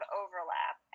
overlap